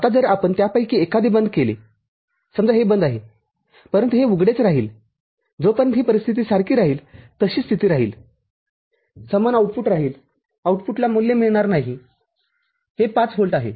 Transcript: आता जर आपण त्यापैकी एखादे बंद केलेसमजा हे बंद आहे परंतु हे उघडेच राहील जोपर्यंत ही परिस्थिती सारखी राहील तशीच स्थिती राहील समान आउटपुट राहील आउटपुटला मूल्य मिळणार नाही हे ५ व्होल्ट आहे